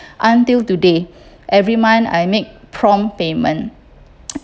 until today every month I make prompt payment